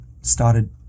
started